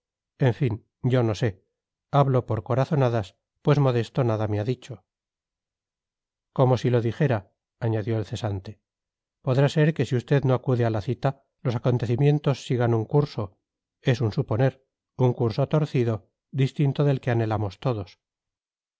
en fin yo no sé hablo por corazonadas pues modesto nada me ha dicho como si lo dijera añadió el cesante podrá ser que si usted no acude a la cita los acontecimientos sigan un curso es un suponer un curso torcido distinto del que anhelamos todos